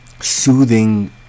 Soothing